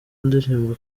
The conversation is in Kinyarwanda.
ndirimbo